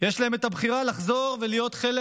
יש להן את הבחירה לחזור ולהיות חלק